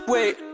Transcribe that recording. Wait